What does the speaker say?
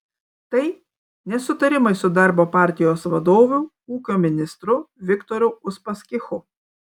tai nesutarimai su darbo partijos vadovu ūkio ministru viktoru uspaskichu